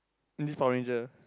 then this Power Ranger